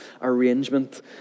arrangement